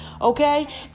okay